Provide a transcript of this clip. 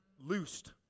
loosed